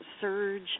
surge